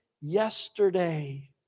yesterday